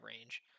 range